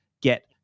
get